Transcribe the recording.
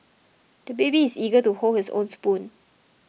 the baby is eager to hold his own spoon